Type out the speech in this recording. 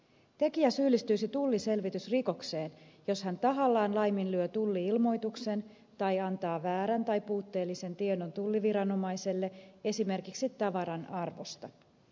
tekijä syyllistyisi tulliselvitysrikokseen jos hän tahallaan laiminlyö tulli ilmoituksen tai antaa väärän tai puutteellisen tiedon tulliviranomaiselle esimerkiksi tavaran arvosta